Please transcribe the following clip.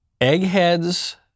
Eggheads